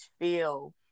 feel